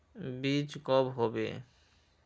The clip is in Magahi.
बीज कब होबे?